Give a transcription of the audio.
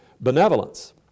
benevolence